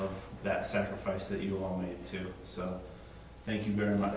of that sacrifice that you want me to do so thank you very much